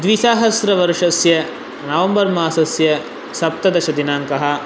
द्विसहस्रवर्षस्य नवम्बर् मासस्य सप्तदशदिनाङ्कः